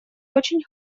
очень